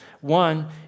One